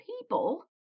people